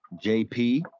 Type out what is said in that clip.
JP